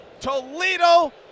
Toledo